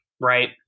right